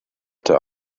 der